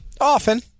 Often